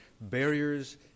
barriers